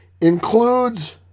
includes